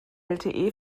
lte